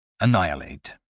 Annihilate